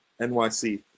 NYC